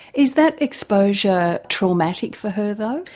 is that exposure traumatic for her though?